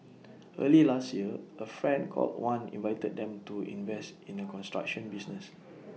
early last year A friend called wan invited them to invest in A construction business